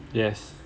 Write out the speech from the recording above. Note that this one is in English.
yes